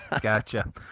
Gotcha